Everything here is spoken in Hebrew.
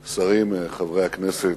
שרים, חברי הכנסת,